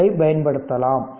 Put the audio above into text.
L I பயன்படுத்தலாம்